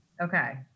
Okay